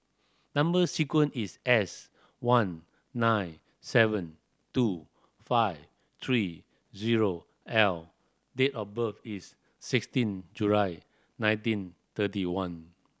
number sequence is S one nine seven two five three zero L date of birth is sixteen July nineteen thirty one